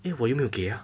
eh 我有没有给 uh